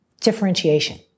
differentiation